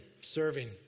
Serving